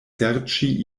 serĉi